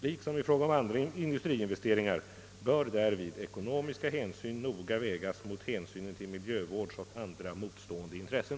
Liksom i fråga om andra industriinvesteringar bör därvid ekonomiska hänsyn noga vägas mot hänsynen till miljövårdsoch andra motstående intressen.